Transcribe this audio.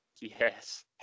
Yes